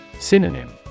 Synonym